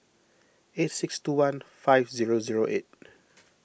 eight six two one five zero zero eight